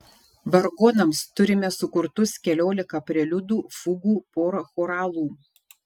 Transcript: vargonams turime sukurtus keliolika preliudų fugų porą choralų